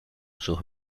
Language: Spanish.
sus